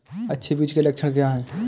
अच्छे बीज के लक्षण क्या हैं?